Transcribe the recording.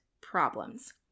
problems